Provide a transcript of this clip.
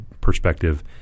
perspective